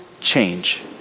change